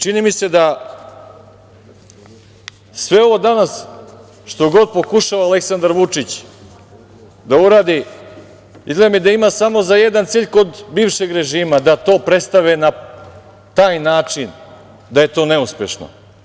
Čini mi se da sve ovo danas što god pokušava Aleksandar Vučić da uradi ima samo jedan cilj kod bivšeg režima – da to predstave na taj način da je tu neuspešno.